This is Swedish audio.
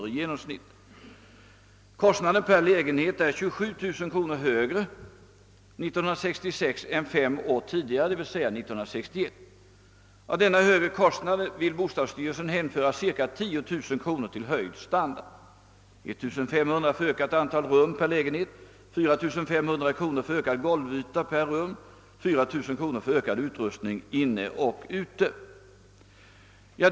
Denna genomsnittskostnad per lägenhet är 27 000 kronor högre än motsvarande kostnad fem år tidigare, d.v.s. 1961. Av denna högre kostnad vill bostadsstyrelsen hänföra cirka 10 000 kronor till höjd standard: 1500 kronor till ökat antal rum per lägenhet, 4500 kronor till ökad golvyta per rum och 4000 kronor till förbättrad utrustning inne och ute.